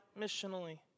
missionally